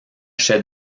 chef